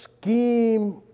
scheme